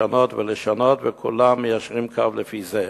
לשנות ולשנות, וכולם מיישרים קו לפי זה.